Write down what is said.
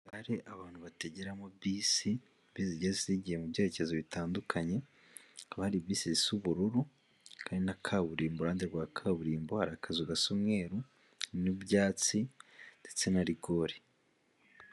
Gare abantu batageramo bisi, bisi ziba zigiye mu byerekezo bitandukanye. Hakaba hari bisi zisa ubururu, hakaba na kaburimbo iruhande rwa kaburimbo hari akazu gasa umweruru n'ibyatsi ndetse na rigore.